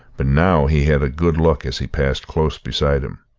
but now he had a good look as he passed close beside him.